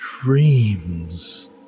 dreams